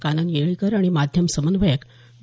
कानन येळीकर आणि माध्यम समन्वयक डॉ